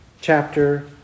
chapter